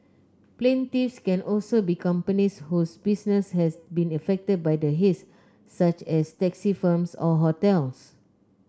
plaintiffs can also be companies whose business has been affected by the haze such as taxi firms or hotels